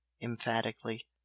emphatically